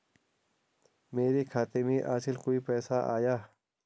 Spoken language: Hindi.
मेरे खाते में आजकल कोई पैसा आया?